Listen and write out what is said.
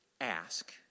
ask